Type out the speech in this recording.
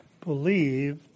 believe